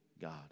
God